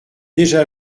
déjà